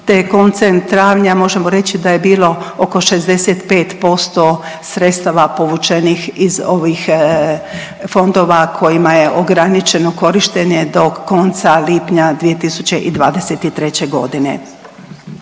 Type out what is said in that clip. je koncem travnja, možemo reći da je bilo oko 65% sredstava povučenih iz ovih fondova kojima je ograničeno korištenje do konca lipnja 2023. g.